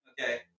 Okay